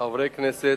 חברי כנסת,